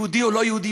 יהודי או לא-יהודי,